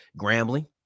Grambling